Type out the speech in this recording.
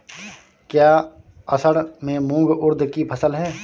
क्या असड़ में मूंग उर्द कि फसल है?